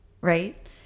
Right